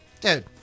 Dude